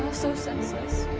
so senseless.